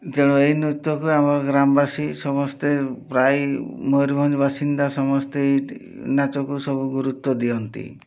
ତେଣୁ ଏହି ନୃତ୍ୟକୁ ଆମର ଗ୍ରାମବାସୀ ସମସ୍ତେ ପ୍ରାୟ ମୟୂରଭଞ୍ଜ ବାସିନ୍ଦା ସମସ୍ତେ ଏହି ନାଚକୁ ସବୁ ଗୁରୁତ୍ୱ ଦିଅନ୍ତି